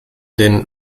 den